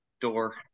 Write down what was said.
door